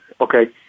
okay